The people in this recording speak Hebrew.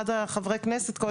אחד מחברי הכנסת,